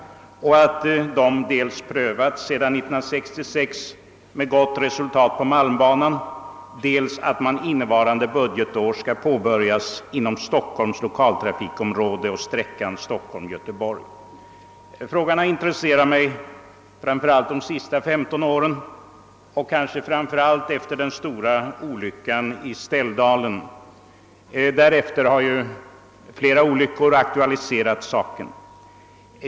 Han meddelar dels att dessa prövats sedan 1966 med gott resultat på Malmbanan, dels att linjeradioanläggningar under innevarande budgetår skall påbörjas för Stockholms lokaltrafikområde och för sträckan Stockholm— Göteborg. Frågan har intresserat mig under de senaste femton åren och kanske framför allt efter den stora olyckan i Ställdalen. Därefter har ju flera olyckor aktualiserat spörsmålet.